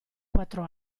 quattro